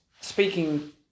speaking